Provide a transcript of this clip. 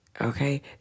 Okay